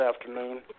afternoon